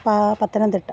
പ പത്തനംതിട്ട